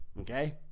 Okay